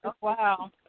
wow